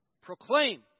proclaim